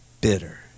bitter